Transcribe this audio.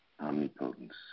Omnipotence